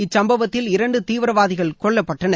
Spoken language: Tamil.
இச்சம்பவத்தில் இரண்டு தீவிரவாதிகள் கொல்லப்பட்டனர்